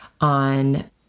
on